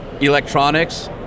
electronics